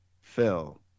phil